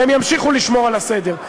והם ימשיכו לשמור על הסדר,